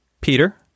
Peter